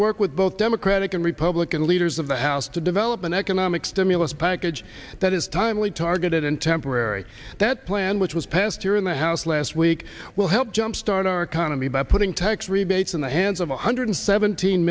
work with both democratic and republican leaders of the house to develop an economic stimulus package that is timely targeted and temporary that plan which was passed here in the house last week will help jumpstart our economy by putting tax rebates in the hands of one hundred seventeen